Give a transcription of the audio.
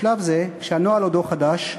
בשלב זה, כשהנוהל עודו חדש,